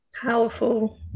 Powerful